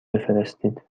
بفرستید